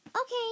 Okay